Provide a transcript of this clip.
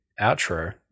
outro